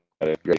great